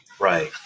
Right